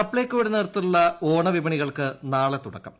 സപ്ലൈകോയുടെ നേതൃത്വത്തിലുള്ള ഓണ വിപണികൾക്ക് നാളെ തുടക്കം